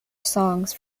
songs